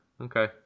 Okay